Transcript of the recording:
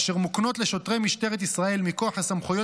אשר מוקנות לשוטרי משטרת ישראל מכוח הסמכויות